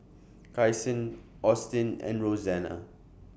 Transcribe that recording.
Kyson Austin and Rosanna